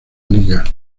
liga